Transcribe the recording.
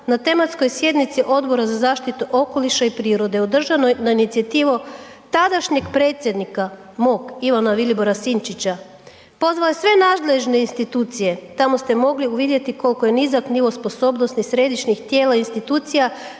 na tematskoj sjednici Odbora za zaštitu okoliša i prirode održanoj na inicijativu tadašnjeg predsjednika mog Ivana Vilibora Sinčića, pozvao je sve nadležne institucije, tamo ste mogli uvidjeti koliko je nizak nivo sposobnosti središnjih tijela i institucija